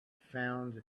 found